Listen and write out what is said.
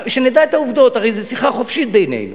שנדע את העובדות, הרי זו שיחה חופשית בינינו.